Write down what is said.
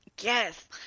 Yes